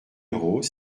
rose